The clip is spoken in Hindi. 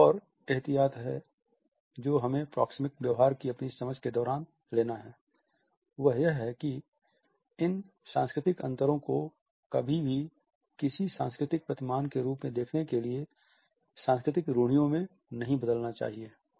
एक और एहतियात जो हमें प्रोक्सेमिक व्यवहार की अपनी समझ के दौरान लेना है वह यह है कि इन सांस्कृतिक अंतरों को कभी भी किसी सांस्कृतिक प्रतिमान के रूप में देखने के लिए सांस्कृतिक रूढ़ियों में नहीं बदलना चाहिए